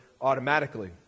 automatically